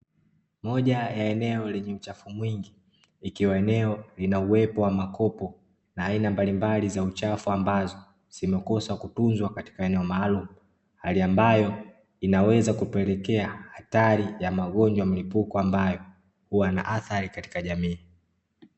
Moja ya eneo lenye uchafu mwingi, ikiwa eneo lina uwepo wa makopo, na aina mbalimbali za uchafu ambazo, zimekosa kutunzwa katika eneo maalumu. Hali ambayo, inaweza kupelekea hatari ya magonjwa ya mlipuko ambayo, huwa na athari katika jamii.